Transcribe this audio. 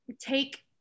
take